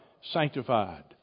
sanctified